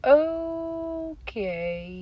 okay